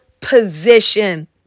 position